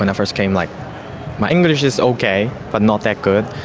and first came, like my english is okay but not that good,